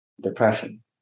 depression